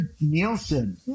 Nielsen